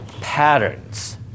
patterns